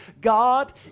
God